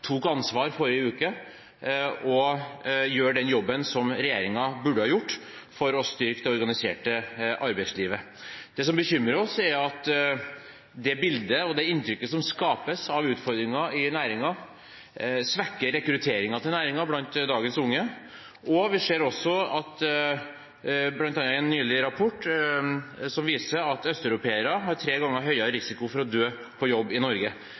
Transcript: tok ansvar i forrige uke og gjør den jobben som regjeringen burde ha gjort for å styrke det organiserte arbeidslivet. Det som bekymrer oss, er at det bildet og inntrykket som skapes av utfordringer i næringen, svekker rekrutteringen til næringen blant dagens unge. Vi ser også, bl.a. i en nylig rapport, at østeuropeere har tre ganger høyere risiko for å dø på jobb i Norge.